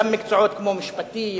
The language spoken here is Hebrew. גם מקצועות כמו משפטים,